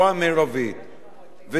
וצריך למצוא נקודת איזון.